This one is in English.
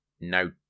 no